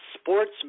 sports